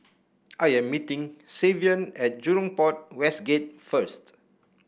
I am meeting Savion at Jurong Port West Gate first